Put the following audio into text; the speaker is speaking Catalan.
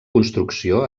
construcció